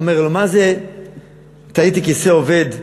הוא אומר: מה זה "תעיתי כשה אבד"?